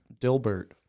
Dilbert